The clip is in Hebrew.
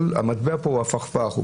המטבע פה הפכפך,